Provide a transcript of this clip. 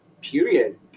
Period